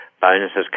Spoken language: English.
bonuses